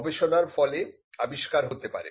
গবেষণার ফলে আবিষ্কার হতে পারে